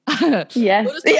Yes